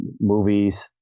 movies